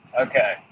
Okay